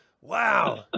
Wow